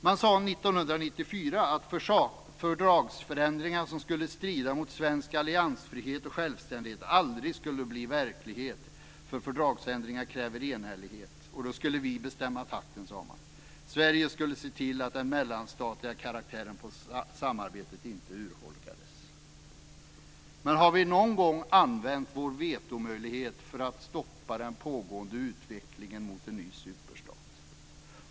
Man sade 1994 att fördragsförändringar som skulle strida mot svensk alliansfrihet och självständighet aldrig skulle bli verklighet, för fördragsändringar kräver enhällighet. Då skulle vi bestämma takten, sade man. Sverige skulle se till att den mellanstatliga karaktären på samarbetet inte urholkades. Men har vi någon gång använt vår vetomöjlighet för att stoppa den pågående utvecklingen mot en ny superstat?